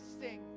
sing